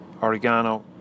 oregano